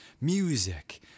music